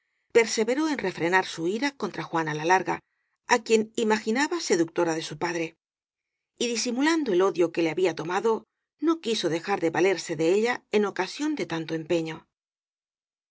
perseveró en refrenar su ira contra juana la larga á quien imaginaba seductora de su padre y disimulando el odio que le había toma do no quiso dejar de valerse de ella en ocasión de tanto empeño